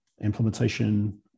implementation